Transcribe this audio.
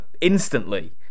instantly